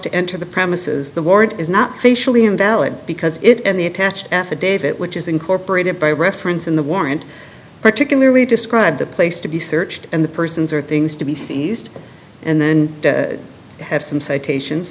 to enter the premises the warrant is not facially invalid because it and the attached affidavit which is incorporated by reference in the warrant particularly describe the place to be searched and the persons or things to be seized and then have some citations